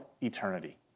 eternity